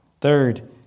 Third